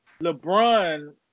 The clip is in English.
LeBron